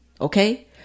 Okay